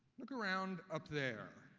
look around up there,